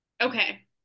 Okay